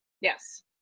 Yes